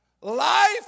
Life